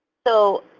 so,